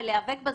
להיאבק בה,